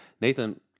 Nathan